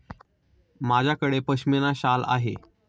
माझ्याकडे पश्मीना शाल आहे